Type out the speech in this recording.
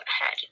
ahead